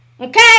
Okay